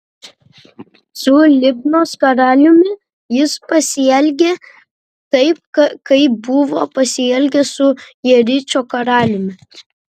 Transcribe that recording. su libnos karaliumi jis pasielgė taip kaip buvo pasielgęs su jericho karaliumi